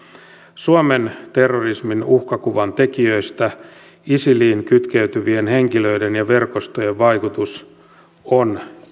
suomen terrorismin uhkakuvan tekijöistä isiliin kytkeytyvien henkilöiden ja verkostojen vaikutus on